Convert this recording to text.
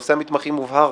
נושא המתמחים הובהר.